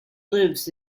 lives